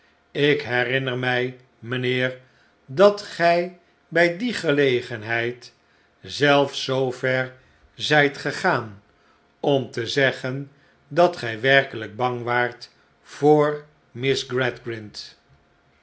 ik herinner mij mijnheer dat gij bij die gelegenheid zelfs zoover zijt gegaan om te zeggen dat gij werkelijk bang waart voor